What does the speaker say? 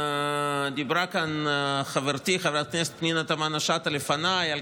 דיברה כאן חברתי חברת הכנסת פנינה תמנו שטה לפניי על